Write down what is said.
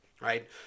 right